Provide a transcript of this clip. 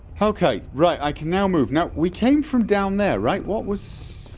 okay, right, i can now move now we came from down there, right? what was